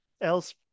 else